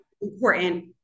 important